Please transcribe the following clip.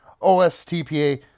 OSTPA